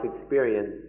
experience